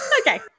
okay